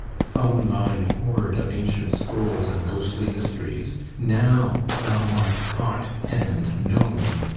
thumb thine hoard of ancient scrolls and ghostly mysteries now thou art caught and known!